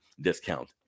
discount